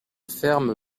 ferme